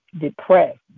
depressed